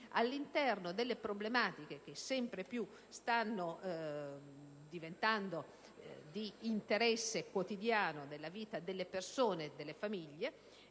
all'interno delle problematiche che sempre più stanno diventando di interesse quotidiano nella vita delle persone e delle famiglie.